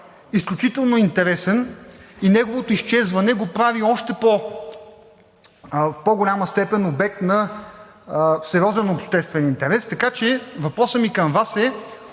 изключително интересен. Неговото изчезване го прави в още по-голяма степен обект на сериозен обществен интерес. Така че въпросът ми към Вас е: